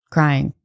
crying